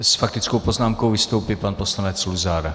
S faktickou poznámkou vystoupí pan poslanec Luzar.